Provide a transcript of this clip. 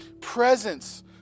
presence